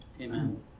Amen